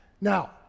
Now